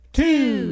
two